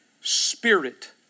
spirit